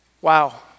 wow